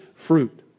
fruit